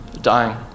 dying